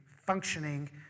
functioning